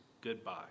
goodbye